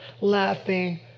laughing